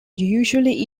usually